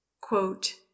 Quote